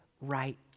right